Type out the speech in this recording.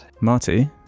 Marty